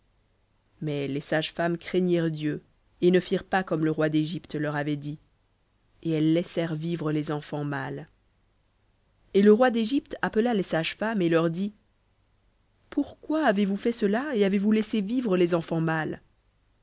mais les sages femmes craignirent dieu et ne firent pas comme le roi d'égypte leur avait dit et elles laissèrent vivre les enfants mâles et le roi d'égypte appela les sages femmes et leur dit pourquoi avez-vous fait cela et avez-vous laissé vivre les enfants mâles